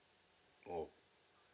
oh